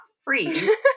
free